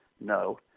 No